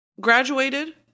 graduated